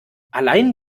allein